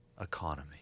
economy